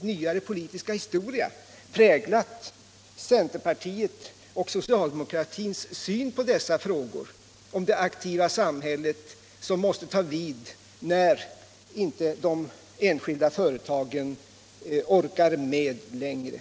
nyare politiska historia, präglat centerpartiets och socialdemokratins syn på dessa saker — det aktiva samhället som måste ta vid när inte de enskilda företagen orkar med längre.